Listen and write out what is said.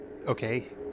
Okay